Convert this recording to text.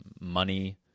money